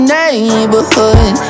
neighborhood